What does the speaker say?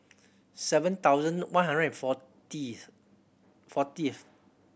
seven thousand one hundred and fortieth